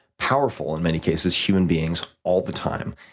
powerful in many cases, human beings all the time,